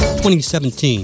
2017